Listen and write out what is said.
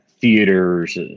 theaters